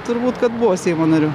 turbūt kad buvo seimo nariu